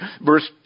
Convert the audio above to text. verse